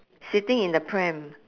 sitting in the pram